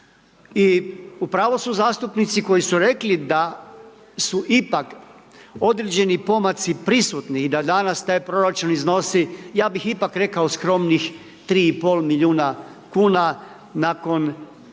I u pravu su zastupnici koji su rekli da su ipak određeni pomaci prisutni i da danas taj proračun iznosi, ja bih ipak rekao skromnih 3,5 milijuna kuna nakon 5